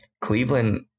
Cleveland